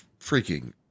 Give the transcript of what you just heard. freaking